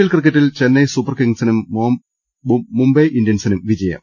L ക്രിക്കറ്റിൽ Chennai super കിംഗ്സിനും മുംബൈ ഇന്ത്യൻസിനും വിജയം